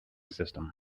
system